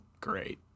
great